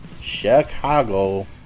Chicago